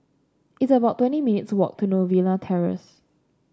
it's about twenty minutes' walk to Novena Terrace